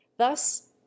thus